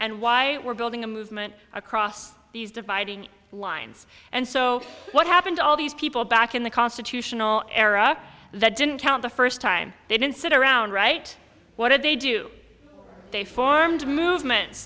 and why we're building a movement across these dividing lines and so what happened to all these people back in the constitutional era that didn't count the first time they didn't sit around right what did they do they formed movement